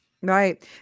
Right